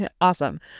Awesome